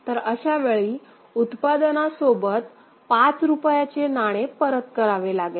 तर अशा वेळी उत्पादनासोबत ५ रुपयाचे नाणे परत करावे लागेल